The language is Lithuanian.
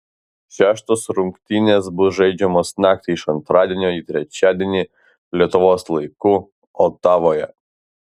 šeštos rungtynės bus žaidžiamos naktį iš antradienio į trečiadienį lietuvos laiku otavoje